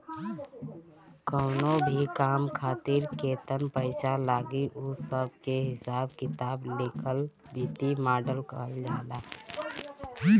कवनो भी काम खातिर केतन पईसा लागी उ सब के हिसाब किताब लिखल वित्तीय मॉडल कहल जाला